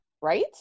right